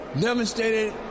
devastated